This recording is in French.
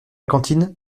cantine